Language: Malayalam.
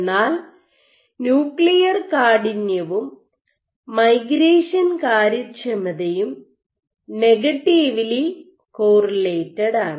എന്നാൽ ന്യൂക്ലിയർ കാഠിന്യവും മൈഗ്രേഷൻ കാര്യക്ഷമതയും നെഗറ്റീവിലി കോറിലേറ്റഡ് ആണ്